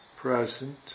present